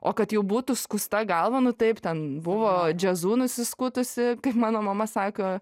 o kad jau būtų skusta galva nu taip ten buvo džiazu nusiskutusi kaip mano mama sako